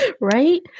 Right